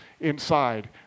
inside